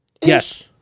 Yes